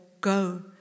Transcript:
go